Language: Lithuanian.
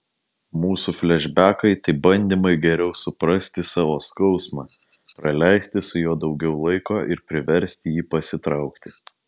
mūsų flešbekai tai bandymai geriau suprasti savo skausmą praleisti su juo daugiau laiko ir priversti jį pasitraukti